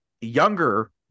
younger